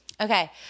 okay